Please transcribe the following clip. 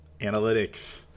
analytics